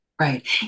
Right